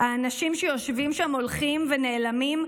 האנשים שיושבים שם הולכים ונעלמים,